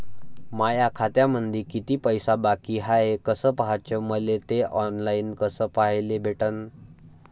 माया खात्यामंधी किती पैसा बाकी हाय कस पाह्याच, मले थे ऑनलाईन कस पाह्याले भेटन?